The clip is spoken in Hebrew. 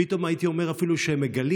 פתאום הייתי אומר אפילו שהם מגלים